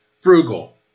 frugal